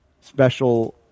special